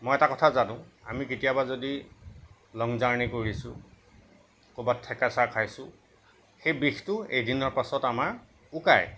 মই এটা কথা জানো আমি কেতিয়াবা যদি লং জাৰ্নি কৰিছোঁ ক'ৰবাত থেকেচা খাইছোঁ সেই বিষটো এদিনৰ পাছত আমাৰ উকায়